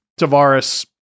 Tavares